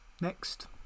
Next